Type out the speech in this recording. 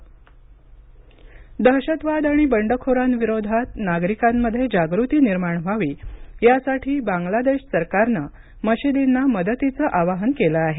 बांगलादेश दहशतवाद दहशतवाद आणि बंडखोरांविरोधात नागरिकांमध्ये जागृती निर्माण व्हावी यासाठी बांगलादेश सरकारनं मशिदींना मदतीचं आवाहन केलं आहे